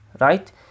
right